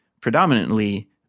predominantly